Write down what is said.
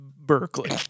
Berkeley